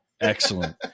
Excellent